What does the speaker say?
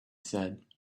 said